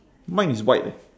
mine is white eh